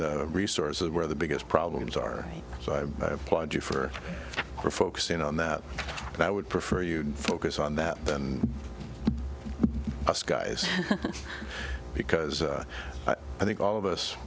the resources where the biggest problems are so i applaud you for your focusing on that but i would prefer you focus on that than us guys because i think all of us